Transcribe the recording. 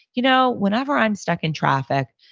you know, whenever i'm stuck in traffic,